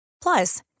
Plus